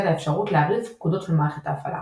את האפשרות להריץ פקודות של מערכת ההפעלה.